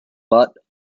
but